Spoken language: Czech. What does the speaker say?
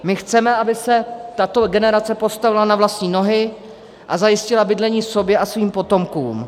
My chceme, aby se tato generace postavila na vlastní nohy a zajistila bydlení sobě a svým potomkům.